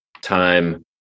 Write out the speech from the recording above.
time